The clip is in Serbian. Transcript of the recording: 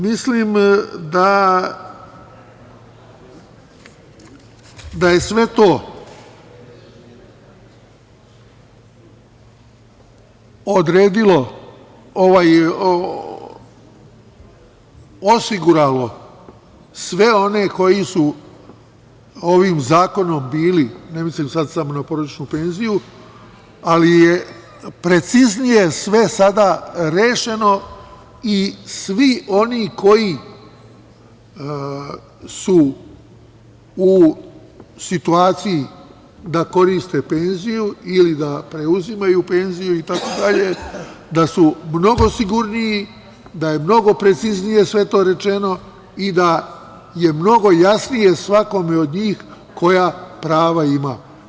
Mislim da je sve to odredilo, osiguralo sve one koji su ovim zakonom bili, ne mislim sad samo na porodičnu penziju, ali je preciznije sve sada rešeno i svi oni koji su u situaciji da koriste penziju ili da preuzimaju penziju itd, da su mnogo sigurniji, da je mnogo preciznije sve to rečeno i da je mnogo jasnije svakome od njih koja prava ima.